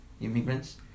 immigrants